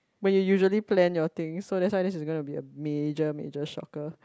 when you usually plan your things so that's why this is going to be a major major shocker